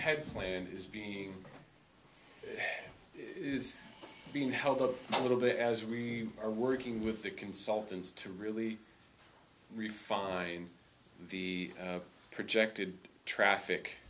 d plan is being is being held up a little bit as we are working with the consultants to really refine the projected traffic